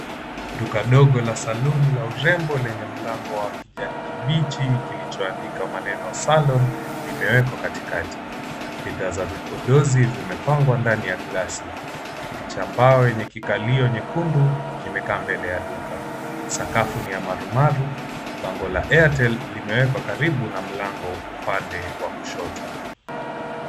Duka dogo la saluni la urembo lenye mlango wa kijani kibichi kilichoandikwa maneno 'salon' kimewekwa katikati. Bidhaa za vipodozi zimepangwa ndani ya glasi. Kiti cha mbao chenye kikalio nyekundu kimekaa mbele ya duka. Sakafu ni ya marumaru. Bango la Airtel limewekwa karibu na mlango upande wa kushoto.